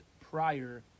prior